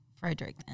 Frederick